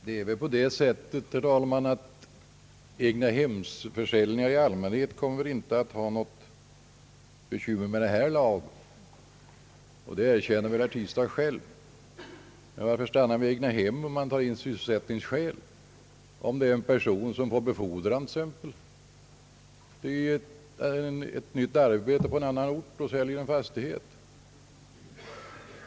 Herr talman! Egnahemsförsäljningar i allmänhet kommer väl inte att ha be kymmer med denna lag, och det erkänner herr Tistad själv. Varför stanna vid egnahem? Det är väl en rätt naturlig åtgärd att ta in sysselsättningsskäl, t.ex. att en person som får befordran eller nytt arbete på annan ort säljer sin fastighet.